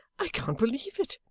i can't believe it.